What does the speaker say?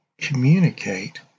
communicate